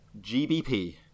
GBP